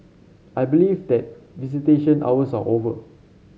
I believe that visitation hours are over